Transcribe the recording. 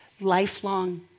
lifelong